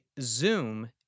Zoom